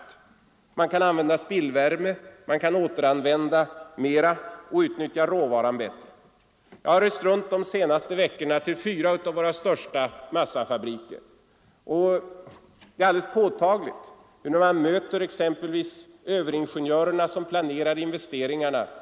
Det går också att använda spillvärme, att återanvända mera och att utnyttja råvaran bättre. De senaste veckorna har jag rest runt till fyra av våra största massafabriker och funnit att vad jag nyss framhöll stämmer väl med vad de överingenjörer säger som planerar investeringarna.